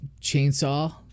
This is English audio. chainsaw